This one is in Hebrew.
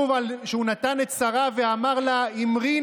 כן,